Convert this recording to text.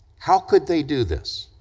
how could they do this,